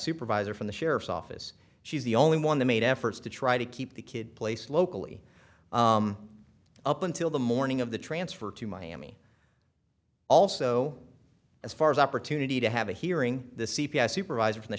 supervisor from the sheriff's office she's the only one that made efforts to try to keep the kid place locally up until the morning of the transfer to miami also as far as opportunity to have a hearing the c p s supervisor from the